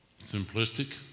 simplistic